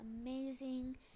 amazing